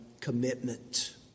commitment